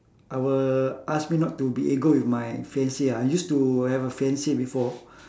I will ask me not to be ego with my fiance ah I used to have a fiance before